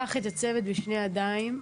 קח את הצוות בשני ידיים.